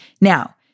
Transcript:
Now